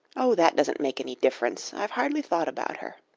oh, that doesn't make any difference. i've hardly thought about her.